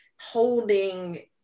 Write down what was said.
holding